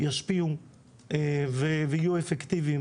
ישפיעו ויהיו אפקטיביים,